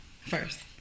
first